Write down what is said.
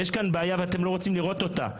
בעיה, ואתם לא רוצים לראות אותה.